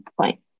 point